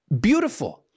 beautiful